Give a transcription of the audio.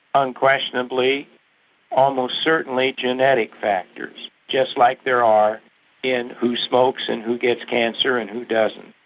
unquestionably almost certainly genetic factors, just like there are in who smokes and who gets cancer and who doesn't.